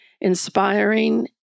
inspiring